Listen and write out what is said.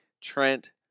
Trent